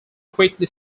quickly